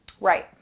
Right